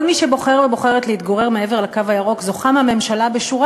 כל מי שבוחר ובוחרת להתגורר מעבר לקו הירוק זוכָה מהממשלה בשורה